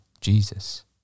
Jesus